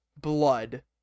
Blood